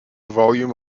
volume